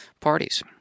parties